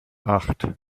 acht